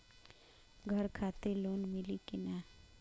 घर खातिर लोन मिली कि ना?